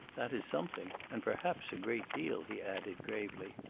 that is something and perhaps a great deal, he added gravely.